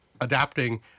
adapting